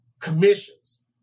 commissions